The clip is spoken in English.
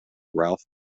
ralph